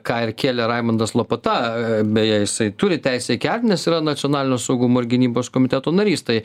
ką ir kėlė raimundas lopata beje jisai turi teisę kelt nes yra nacionalinio saugumo ir gynybos komiteto narys tai